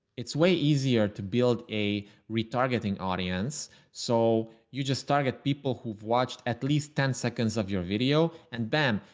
it's way easier to build a retargeting audience. so you just target people who've watched at least ten seconds of your video and bam,